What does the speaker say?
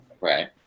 Right